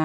ना